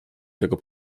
tego